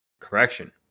Correction